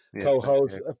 co-host